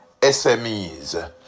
SMEs